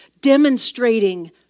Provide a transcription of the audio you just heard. demonstrating